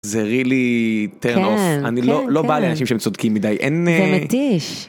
-זה really turn off, -כן, כן כן. -אני לא, לא בא לאנשים שהם צודקים מדי, אין... -זה מתיש.